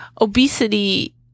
Obesity